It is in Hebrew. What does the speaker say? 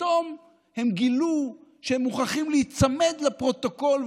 פתאום הם גילו שהם מוכרחים להיצמד לפרוטוקול,